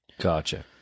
Gotcha